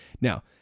Now